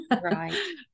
Right